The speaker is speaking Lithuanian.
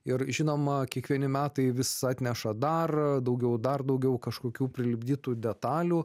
ir žinoma kiekvieni metai vis atneša dar daugiau dar daugiau kažkokių prilipdytų detalių